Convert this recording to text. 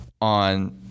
on